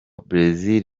brezil